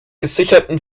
gesicherten